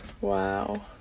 Wow